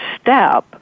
step